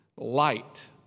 Light